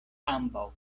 ambaŭ